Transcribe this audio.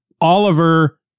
Oliver